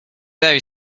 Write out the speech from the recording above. very